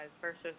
versus